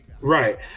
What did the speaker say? Right